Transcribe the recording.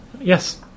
Yes